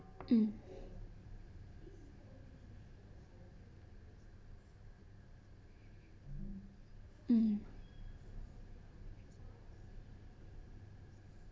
mm mm